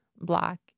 Black